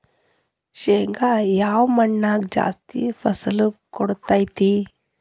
ಶೇಂಗಾ ಯಾವ ಮಣ್ಣಾಗ ಜಾಸ್ತಿ ಫಸಲು ಕೊಡುತೈತಿ?